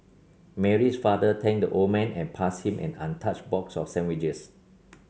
Mary's father thanked the old man and passed him an untouched box of sandwiches